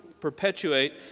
perpetuate